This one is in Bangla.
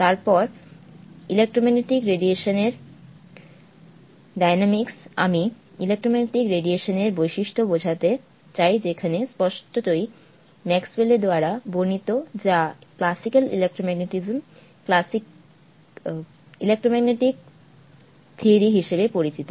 তারপর ইলেক্ট্রোম্যাগনেটিক রেডিয়েশন এর ডাইনামিক্স আমি ইলেক্ট্রোম্যাগনেটিক রেডিয়েশন এর বৈশিষ্ট্য বোঝাতে চাই যেখানে স্পষ্টতই ম্যাক্সওয়ল এর দ্বারা বর্ণিত যা ক্লাসিকাল ইলেক্ট্রোমেগনেটিজম ইলেক্ট্রোম্যাগনেটিক থিওরি হিসাবে পরিচিত